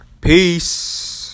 Peace